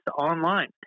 online